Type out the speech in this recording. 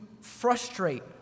frustrate